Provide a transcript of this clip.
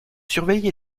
surveiller